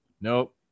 nope